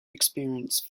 experience